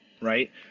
right